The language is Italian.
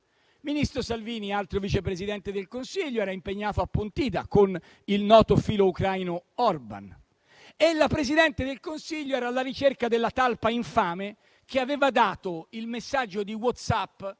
Il ministro Salvini, altro Vice Presidente del Consiglio, era impegnato a Pontida con il noto filo ucraino Orban, e la Presidente del Consiglio era alla ricerca della talpa infame che aveva dato il messaggio di WhatsApp